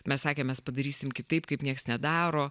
mes sakėm mes padarysim kitaip kaip nieks nedaro